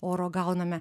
oro gauname